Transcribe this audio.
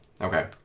Okay